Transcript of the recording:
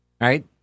Right